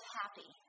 happy